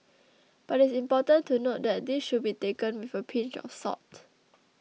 but it's important to note that this should be taken with a pinch of salt